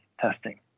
testing